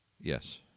Yes